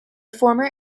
former